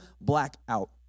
blackout